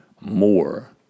more